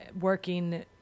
working